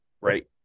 right